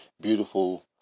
beautiful